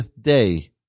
day